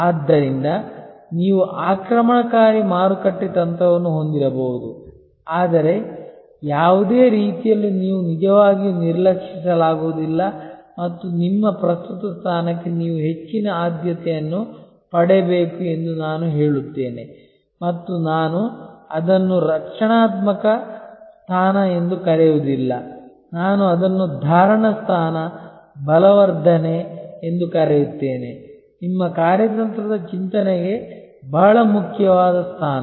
ಆದ್ದರಿಂದ ನೀವು ಆಕ್ರಮಣಕಾರಿ ಮಾರುಕಟ್ಟೆ ತಂತ್ರವನ್ನು ಹೊಂದಿರಬಹುದು ಆದರೆ ಯಾವುದೇ ರೀತಿಯಲ್ಲಿ ನೀವು ನಿಜವಾಗಿಯೂ ನಿರ್ಲಕ್ಷಿಸಲಾಗುವುದಿಲ್ಲ ಮತ್ತು ನಿಮ್ಮ ಪ್ರಸ್ತುತ ಸ್ಥಾನಕ್ಕೆ ನೀವು ಹೆಚ್ಚಿನ ಆದ್ಯತೆಯನ್ನು ಪಡೆಯಬೇಕು ಎಂದು ನಾನು ಹೇಳುತ್ತೇನೆ ಮತ್ತು ನಾನು ಅದನ್ನು ರಕ್ಷಣಾತ್ಮಕ ಸ್ಥಾನ ಎಂದು ಕರೆಯುವುದಿಲ್ಲ ನಾನು ಅದನ್ನು ಧಾರಣ ಸ್ಥಾನ ಬಲವರ್ಧನೆ ಎಂದು ಕರೆಯುತ್ತೇನೆ ನಿಮ್ಮ ಕಾರ್ಯತಂತ್ರದ ಚಿಂತನೆಗೆ ಬಹಳ ಮುಖ್ಯವಾದ ಸ್ಥಾನ